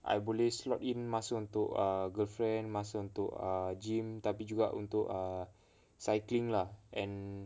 I boleh slot in masa untuk err girlfriend masa untuk err gym tapi juga untuk err cycling lah and